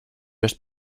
just